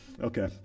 Okay